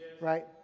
right